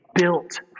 built